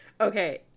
Okay